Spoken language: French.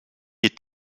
est